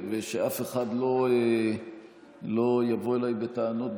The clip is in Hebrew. ושאף אחד לא יבוא אליי בטענות,